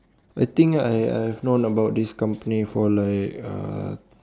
I think I I have known about this company for like uh